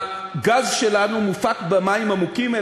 הגז שלנו מופק במים עמוקים,